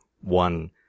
one